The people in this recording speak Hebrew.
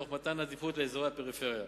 תוך מתן עדיפות לאזורי הפריפריה.